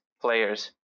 players